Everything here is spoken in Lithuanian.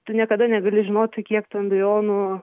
tu niekada negali žinoti kiek tų embrionų